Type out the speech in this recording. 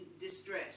distress